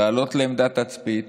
לעלות לעמדת תצפית,